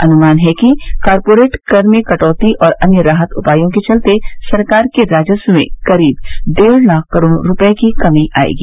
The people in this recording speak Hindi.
अनुमान है कि कॉरपोरेट कर में कटौती और अन्य राहत उपायों के चलते सरकार के राजस्व में करीब डेढ़ लाख करोड़ रुपये की कमी आएगी